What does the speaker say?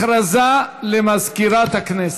הכרזה למזכירת הכנסת.